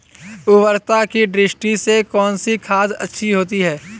उर्वरकता की दृष्टि से कौनसी खाद अच्छी होती है?